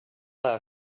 our